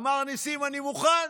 אמר נסים: אני מוכן.